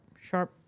sharp